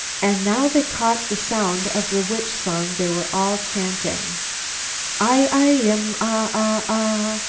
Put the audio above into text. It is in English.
and now they caught the sound of the witch song they were all chanting i i am ah!